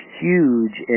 huge